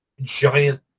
giant